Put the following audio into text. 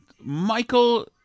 Michael